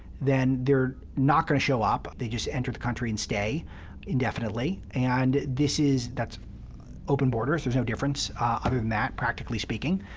then they're not going to show up, they just enter the country and stay indefinitely. and this is that's open borders. there's no difference other than that practically speaking.